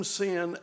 sin